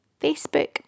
Facebook